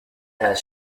has